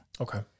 Okay